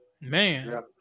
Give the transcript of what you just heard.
man